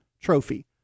trophy